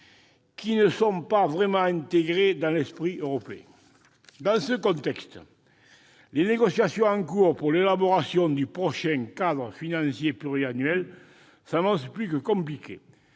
qui ne sont pas vraiment intégrés dans l'esprit européen. Dans ce contexte, les négociations en cours pour l'élaboration du prochain cadre financier pluriannuel s'annoncent plus que compliquées.